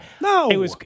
No